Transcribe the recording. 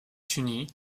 unie